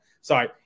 Sorry